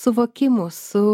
suvokimu su